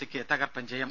സിക്ക് തകർപ്പൻ ജയം